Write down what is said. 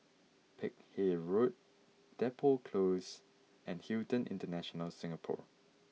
Peck Hay Road Depot Close and Hilton International Singapore